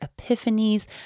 epiphanies